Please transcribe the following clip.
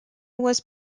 was